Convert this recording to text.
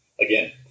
again